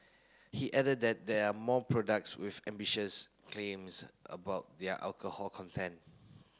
he added that there are more products with ambitious claims about their alcohol content